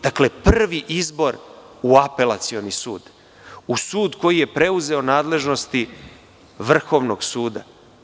Dakle, prvi izbor u Apelacioni sud, u sud koji je preuzeo nadležnosti Vrhovnog suda.